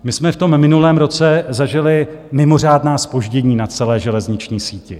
My jsme v tom minulém roce zažili mimořádná zpoždění na celé železniční síti.